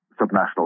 subnational